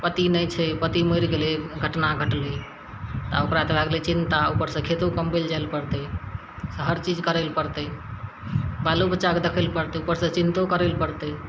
पति नहि छै पति मरि गेलइए घटना घटलय तऽ तऽ ओकरा तऽ भए गेलय चिन्ता उपरसँ खेतो कमबय लए चलि पड़तय हरचीज करय लए पड़तय बालो बच्चाके देखय लए पड़तय उपरसँ चिन्तो करय लए पड़तय